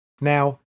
Now